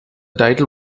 title